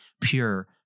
pure